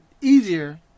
easier